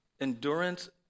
endurance